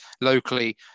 locally